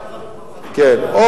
כבר חצי שעה,